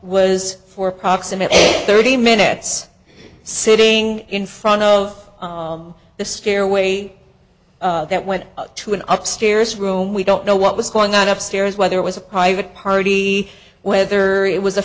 was for approximately thirty minutes sitting in front of the stairway that went to an upstairs room we don't know what was going on upstairs whether it was a private party whether it was a